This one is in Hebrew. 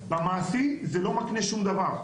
במעשי זה לא מקנה שום דבר,